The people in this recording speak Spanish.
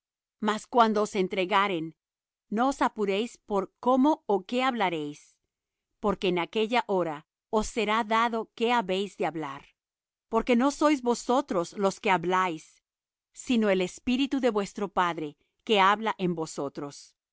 mas cuando os entregaren no os apuréis por cómo ó qué hablaréis porque en aquella hora os será dado qué habéis de hablar porque no sois vosotros los que habláis sino el espíritu de vuestro padre que habla en vosotros